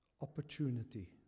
opportunity